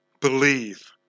believe